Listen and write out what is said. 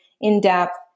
in-depth